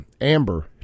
Amber